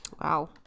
Wow